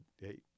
hey